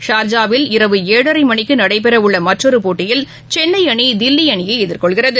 ஷா்ஜாவில் இரவு ஏழரைமணிக்குநடைபெறவுள்ளமற்றொருபோட்டியில் சென்னைஅணி தில்லிஅணியைஎதிர்கொள்கிறது